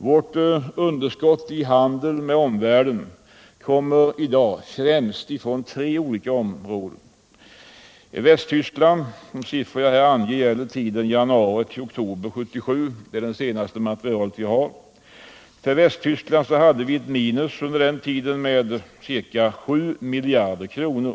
Vårt underskott i handeln med omvärlden kommer främst från tre olika områden. De siffror jag nu kommer att redovisa gäller tiden januari-oktober 1977. Det är de senaste siffror vi har tillgång till. Gentemot Västtyskland hade vi under den tiden ett minus på ca 7 miljarder kronor.